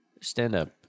stand-up